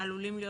שעלולים להיות